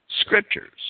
scriptures